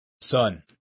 Son